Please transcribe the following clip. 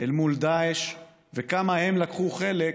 אל מול דאעש, וכמה הם לקחו חלק